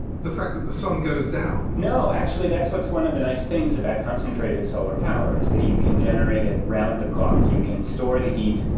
the fact that the sun goes down? no, actually that's one of the nice things about concentrated solar power, is that you can generate it around the clock. you can store the heat,